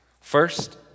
First